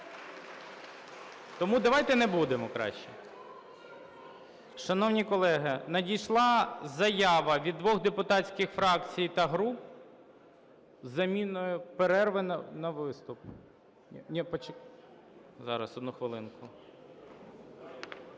Тому давайте не будемо краще. Шановні колеги, надійшла заява від двох депутатських фракцій та груп з заміною перерви на виступ.